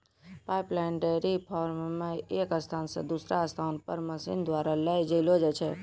pipeline dairy farm मे एक स्थान से दुसरा पर मशीन द्वारा ले जैलो जाय छै